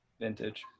vintage